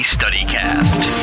StudyCast